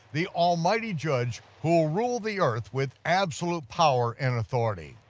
the almighty judge who will rule the earth with absolute power and authority.